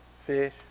Fish